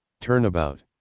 Turnabout